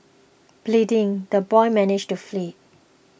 bleeding the boy managed to flee